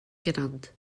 genannt